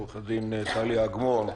עורכת-הדין טליה אגמון,